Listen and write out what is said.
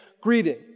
greeting